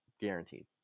guaranteed